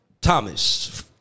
Thomas